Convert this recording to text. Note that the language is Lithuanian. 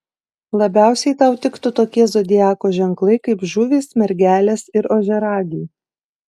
labiausiai tau tiktų tokie zodiako ženklai kaip žuvys mergelės ir ožiaragiai